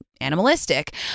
animalistic